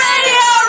Radio